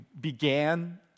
began